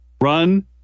Run